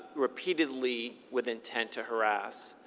repeatedly with intent to harass,